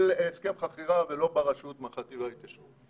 הסכם חכירה ולא בר רשות מהחטיבה להתיישבות.